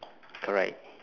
correct